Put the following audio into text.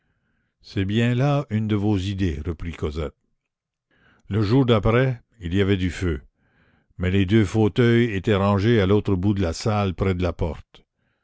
c'est bien là une de vos idées reprit cosette le jour d'après il y avait du feu mais les deux fauteuils étaient rangés à l'autre bout de la salle près de la porte